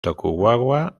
tokugawa